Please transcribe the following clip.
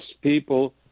people